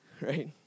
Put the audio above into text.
right